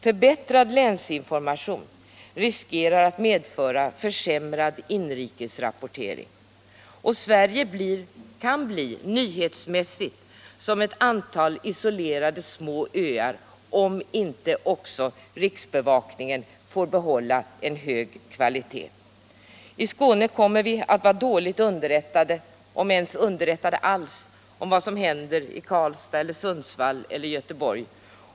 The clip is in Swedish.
Förbättrad länsinformation riskerar att medföra försämrad inrikesrapportering, och Sverige kan nyhetsmässigt bli som ett antal isolerade små öar, om inte också riksbevakningen får behålla en hög kvalitet. I Skåne kommer vi att vara dåligt underrättade — om ens underrättade alls — om vad som händer i Karlstad, Sundsvall och Göteborg.